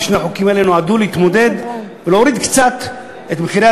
ושני החוקים האלה נועדו להתמודד ולהוריד קצת את מחירי